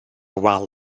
wal